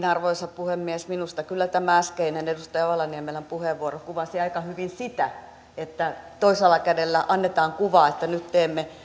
arvoisa puhemies minusta kyllä tämä äskeinen edustaja ojala niemelän puheenvuoro kuvasi aika hyvin sitä että toisella kädellä annetaan kuva että nyt teemme